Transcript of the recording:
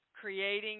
creating